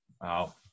Wow